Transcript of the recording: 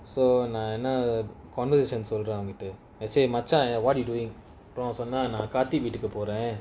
so நானு:nanu and say மச்சான்:machan what you doing அப்போசொன்னேன்நான்கார்த்திவீட்டுக்குபோறேன்:apo sonnen nan karthi veetuku poren